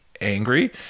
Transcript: angry